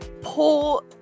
pull